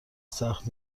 سخت